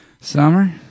Summer